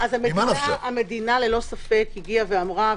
המדינה ללא ספק אמרה,